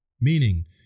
meaning